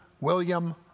William